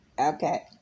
Okay